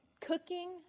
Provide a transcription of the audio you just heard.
cooking